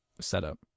setup